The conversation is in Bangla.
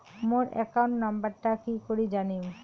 মোর একাউন্ট নাম্বারটা কি করি জানিম?